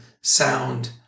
sound